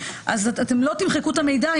אז אתם לא תמחקו את המידע,